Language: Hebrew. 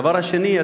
הדבר השני,